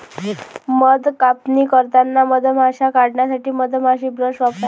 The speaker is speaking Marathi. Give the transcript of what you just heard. मध कापणी करताना मधमाश्या काढण्यासाठी मधमाशी ब्रश वापरा